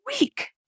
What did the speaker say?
week